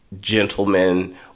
gentlemen